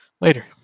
later